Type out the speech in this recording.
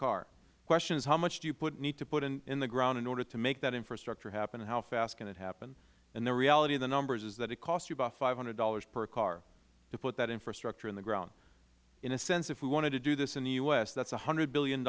the question is how much do you need to put in the ground in order to make that infrastructure happen and how fast can it happen and the reality of the numbers is that it costs you about five hundred dollars per car to put that infrastructure in the ground in a sense if we wanted to do this in the u s that is one hundred